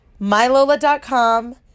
Mylola.com